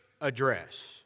address